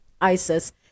ISIS